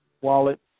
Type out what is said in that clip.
Wallet